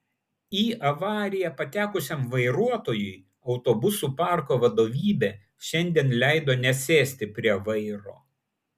į avariją patekusiam vairuotojui autobusų parko vadovybė šiandien leido nesėsti prie vairo